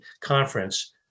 conference